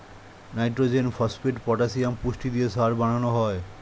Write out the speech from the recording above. nitrogen, phosphate, potassium পুষ্টি দিয়ে সার বানানো হয়